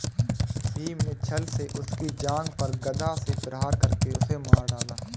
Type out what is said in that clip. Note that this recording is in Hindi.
भीम ने छ्ल से उसकी जांघ पर गदा से प्रहार करके उसे मार डाला